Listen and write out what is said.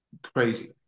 crazy